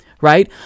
right